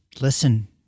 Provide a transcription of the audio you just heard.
listen